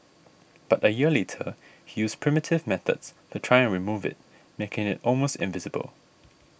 but a year later he used primitive methods to try and remove it making it almost invisible